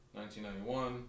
1991